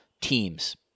teams